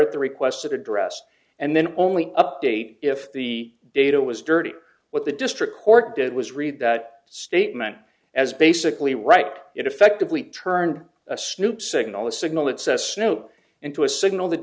at the request of address and then only update if the data was dirty what the district court did was read that statement as basically right it effectively turned a snoop signal a signal it sesno into a signal th